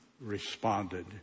responded